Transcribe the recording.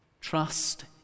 trust